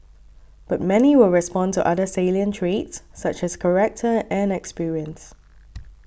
but many will respond to other salient traits such as character and experience